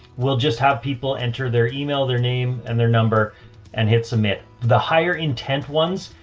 we'll just have people enter their email, their name and their number and hit submit. the higher intent ones,